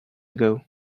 ago